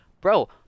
Bro